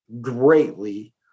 greatly